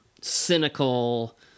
cynical